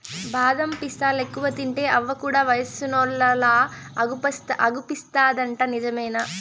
బాదం పిస్తాలెక్కువ తింటే అవ్వ కూడా వయసున్నోల్లలా అగుపిస్తాదంట నిజమేనా